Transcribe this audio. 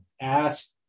ask